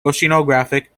oceanographic